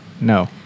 No